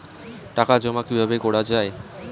টাকা জমা কিভাবে করা য়ায়?